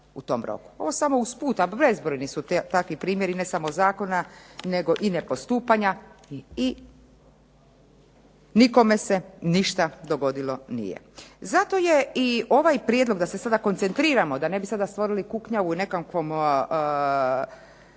Ovo samo usput a bezbrojni su takvi primjeri ne samo zakona nego i nepostupanja i nikome se ništa dogodilo nije. Zato je i ovaj prijedlog da se sada koncentriramo, da ne bi sada stvorili kuknjavu o nekakvim